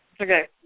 Okay